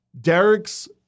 Derek's